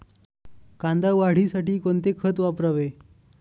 कांदा वाढीसाठी कोणते खत वापरावे?